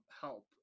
help